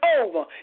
over